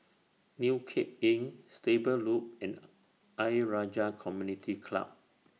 New Cape Inn Stable Loop and Ayer Rajah Community Club